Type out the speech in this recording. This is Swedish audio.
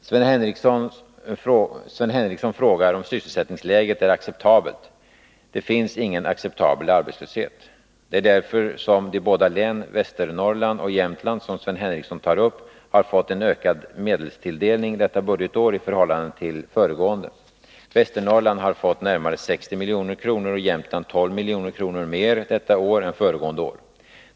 Sven Henricsson frågar om sysselsättningsläget är acceptabelt. Det finns ingen acceptabel arbetslöshet. Det är därför som de båda län som Sven Henricsson tar upp, Västernorrland och Jämtland, har fått en ökad medelstilldelning detta budgetår i förhållande till föregående. Västernorrland har fått närmare 60 milj.kr. och Jämtland 12 milj.kr. mer detta år än föregående år.